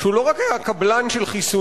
שהוא לא רק היה קבלן של חיסונים,